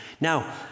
Now